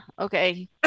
Okay